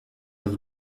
have